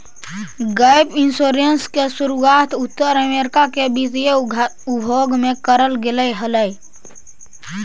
gap insurance के शुरुआत उत्तर अमेरिका के वित्तीय उद्योग में करल गेले हलाई